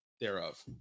thereof